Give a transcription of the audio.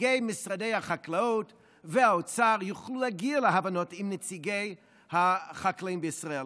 נציגי משרדי החקלאות והאוצר יוכלו להגיע להבנות עם נציגי החקלאים בישראל